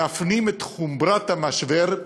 להפנים את חומרת המשבר,